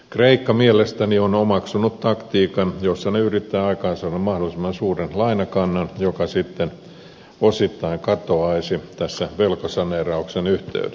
kreikka mielestäni on omaksunut taktiikan jossa he yrittävät aikaansaada mahdollisimman suuren lainakannan joka sitten osittain katoaisi tässä velkasaneerauksen yhteydessä